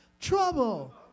trouble